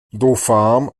doufám